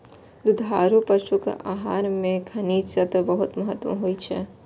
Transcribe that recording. दुधारू पशुक आहार मे खनिज तत्वक बहुत महत्व होइ छै